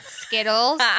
Skittles